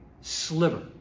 sliver